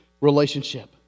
relationship